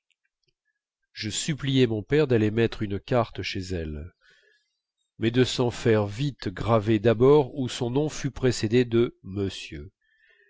je suppliai mon père d'aller mettre une carte chez elle mais de s'en faire vite graver d'abord où son nom fût précédé de